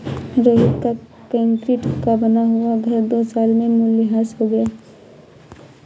रोहित का कंक्रीट का बना हुआ घर दो साल में मूल्यह्रास हो गया